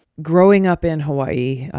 growing up in hawaii,